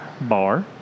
bar